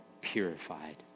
purified